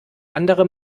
andere